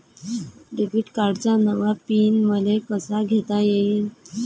Debit कार्डचा नवा PIN मले कसा घेता येईन?